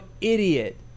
idiot